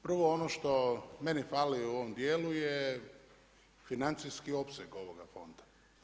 Prvo ono što meni fali u ovom dijelu je financijski opseg ovoga fonda.